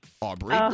Aubrey